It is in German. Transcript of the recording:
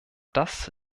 das